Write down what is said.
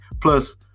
plus